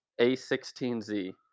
A16Z